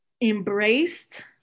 embraced